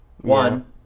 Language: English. One